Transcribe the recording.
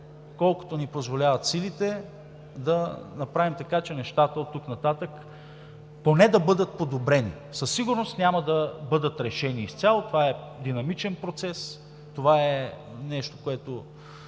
колкото ни позволяват силите, да направим така, че нещата оттук нататък поне да бъдат подобрени, със сигурност няма да бъдат решени изцяло. Това е динамичен процес, това е нещо, с което